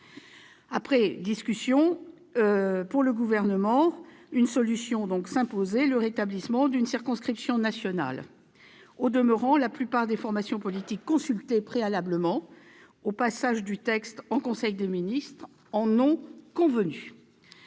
ces discussions, le Gouvernement a estimé qu'une solution s'imposait : le rétablissement d'une circonscription nationale. Au demeurant, la plupart des formations politiques consultées préalablement au passage du texte en conseil des ministres en ont convenu.